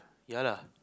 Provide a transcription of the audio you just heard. ya lah